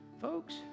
folks